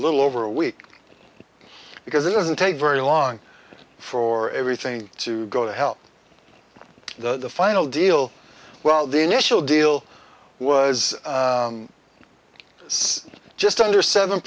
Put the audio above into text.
little over a week because it doesn't take very long for everything to go to help the final deal well the initial deal was this just under seven